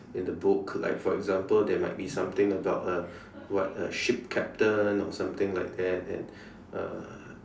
in the book like for example there might something about a what a ship captain something like that and uh